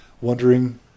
wondering